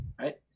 right